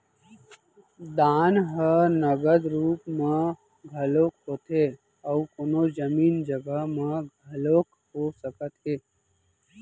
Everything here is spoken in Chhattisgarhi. दान ह नगद रुप म घलोक होथे अउ कोनो जमीन जघा म घलोक हो सकत हे